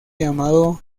llamado